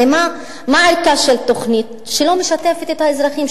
הרי מה הטעם של תוכנית שלא משתפת את האזרחים,